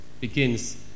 begins